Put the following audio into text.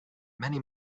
many